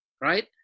right